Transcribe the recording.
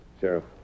Sheriff